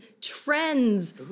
trends